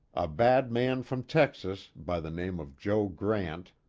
a bad-man from texas, by the name of joe grant,